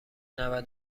نود